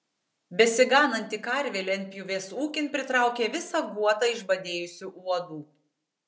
besigananti karvė lentpjūvės ūkin pritraukė visą guotą išbadėjusių uodų